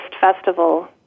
festival